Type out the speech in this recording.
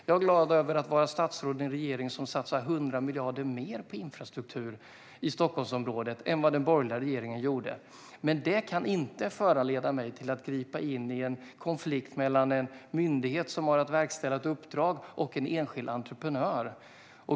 Jag är glad över att vara statsråd i en regering som satsar 100 miljarder mer på infrastruktur i Stockholmsområdet än vad den borgerliga regeringen gjorde. Men detta kan inte föranleda mig att gripa in i en konflikt mellan en myndighet, som har att verkställa ett uppdrag, och en enskild entreprenör.